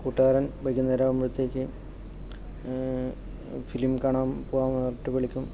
കൂട്ടുകാരൻ വൈകുന്നേരം ആകുമ്പോഴത്തേക്ക് ഫിലിം കാണാൻ പോകാൻ വേണ്ടിയിട്ട് വിളിക്കും